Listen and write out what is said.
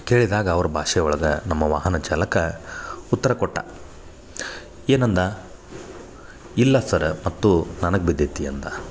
ಕೇಳಿದಾಗ ಅವ್ರ ಭಾಷೆ ಒಳಗೆ ನಮ್ಮ ವಾಹನ ಚಾಲಕ ಉತ್ತರ ಕೊಟ್ಟ ಏನಂದ ಇಲ್ಲ ಸರ ಮತ್ತು ನನಗೆ ಬಿದ್ದೈತಿ ಅಂದ